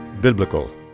biblical